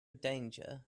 danger